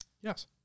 Yes